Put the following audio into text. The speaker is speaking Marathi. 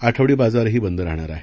आठवडी बाजारही बंद राहणार आहेत